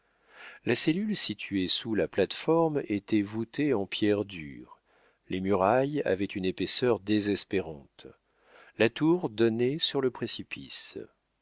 la cellule située sous la plate-forme était voûtée en pierre dure les murailles avaient une épaisseur désespérante la tour donnait sur le précipice